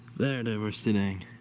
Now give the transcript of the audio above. there they were sitting.